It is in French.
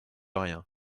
rien